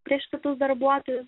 prieš kitus darbuotojus